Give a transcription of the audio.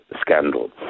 scandal